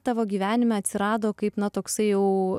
tavo gyvenime atsirado kaip na toksai jau